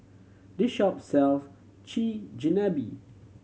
this shop sells Chigenabe